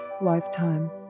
lifetime